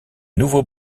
nouveau